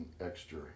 extra